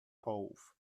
połów